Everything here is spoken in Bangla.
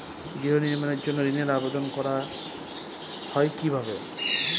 গৃহ নির্মাণের জন্য ঋণের আবেদন করা হয় কিভাবে?